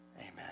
Amen